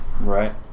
Right